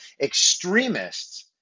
extremists